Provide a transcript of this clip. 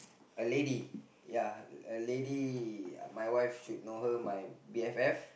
a lady ya a lady my wife should know her my B_F_F